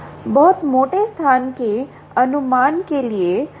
बहुत मोटे स्थान के अनुमान के लिए